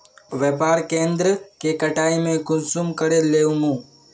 व्यापार केन्द्र के कटाई में कुंसम करे लेमु?